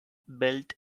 built